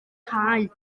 cau